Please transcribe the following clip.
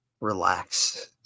Relax